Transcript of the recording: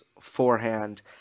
forehand